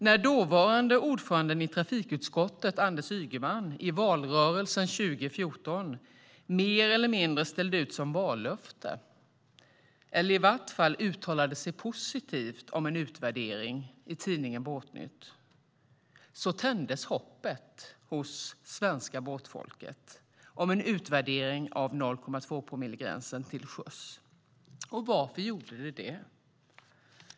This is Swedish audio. När dåvarande ordförande i trafikutskottet, Anders Ygeman, i valrörelsen 2014 mer eller mindre ställde ut som vallöfte - eller i varje fall uttalade sig positivt i tidningen Båtliv - att det skulle göras en utvärdering tändes hoppet hos det svenska båtfolket om en utvärdering av 0,2-promillegränsen till sjöss. Och varför gjorde man det?